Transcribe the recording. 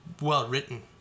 well-written